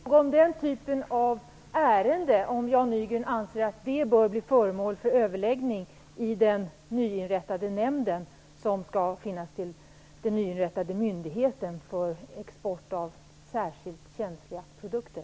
Fru talman! Får jag då fråga om Jan Nygren anser att den typen av ärende bör bli föremål för överläggning i den nyinrättade nämnd som skall finnas i den nyinrättade myndigheten för export av strategiskt känsliga produkter.